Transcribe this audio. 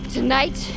Tonight